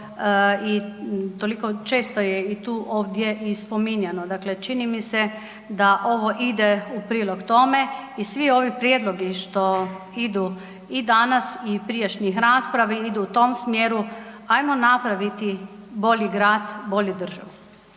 i toliko često je i tu ovdje i spominjano. Dakle, čini mi se da ovo ide u prilog tome i svi ovi prijedlozi što idu i danas i prijašnjih raspravi, idu u tom smjeru ajmo napraviti bolji grad, bolju državu.